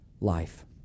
life